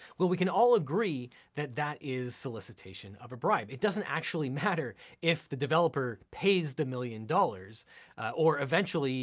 well we can all agree that that is solicitation of a bribe. it doesn't actually matter if the developer pays the million dollars or eventually